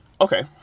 Okay